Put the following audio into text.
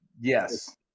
yes